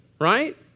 Right